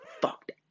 fucked